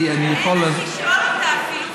אין איך לשאול אותה אפילו,